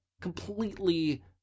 completely